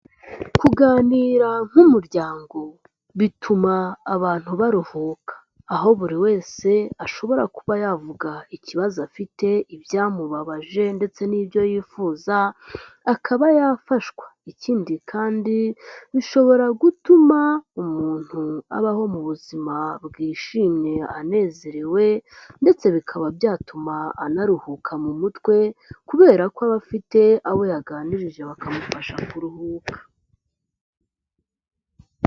Kuganira nk'umuryango bituma abantu baruhuka. Aho buri wese ashobora kuba yavuga ikibazo afite, ibyamubabaje, ndetse n'ibyo yifuza akaba yafashwa. Ikindi kandi bishobora gutuma umuntu abaho mu buzima bwishimye anezerewe ndetse bikaba byatuma anaruhuka mu mutwe kubera ko aba afite abo yaganirije bakamufasha kuruhuka.